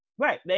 Right